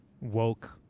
woke